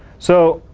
so